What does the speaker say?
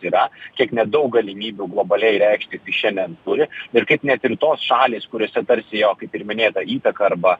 yra kiek nedaug galimybių globaliai reikštis jis šiandien turi ir kaip net ir tos šalys kuriose tarsi jo kaip ir minėta įtaka arba